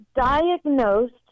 diagnosed